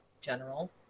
general